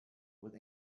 with